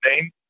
name